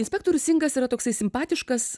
inspektorius singas yra toks simpatiškas